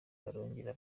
barongera